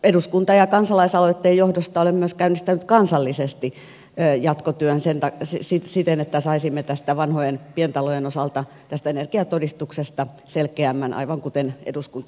eduskunta ja kansalaisaloitteen johdosta olen myös käynnistänyt kansallisesti jatkotyön siten että saisimme vanhojen pientalojen osalta tästä energiatodistuksesta selkeämmän aivan kuten eduskunta edellytti